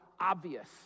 obvious